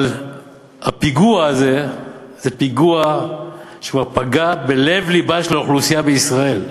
אבל הפיגוע הזה זה פיגוע שפגע בלב-לבה של האוכלוסייה בישראל.